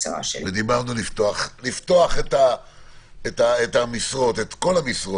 ואמרנו שצריך לפתוח את כל המשרות.